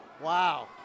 wow